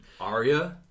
Arya